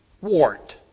Wart